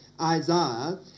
Isaiah